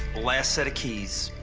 last set of keys.